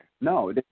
No